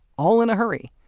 all in a hurry,